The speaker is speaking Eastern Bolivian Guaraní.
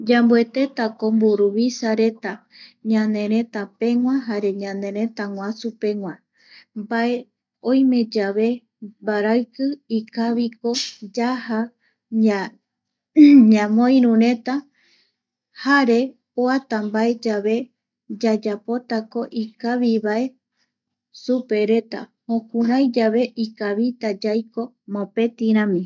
Yamboetetako mburuvisareta ñaneretarapegua jare ñaneretaguasupegua mbae oime yave mbaraiki ikaviko yaja ñamoirureta jare oata mbae yave yayapotako ikavivae supereta reta jukurai yave ikavita yaiko mopetirami.